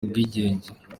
ubwigenge